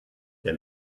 der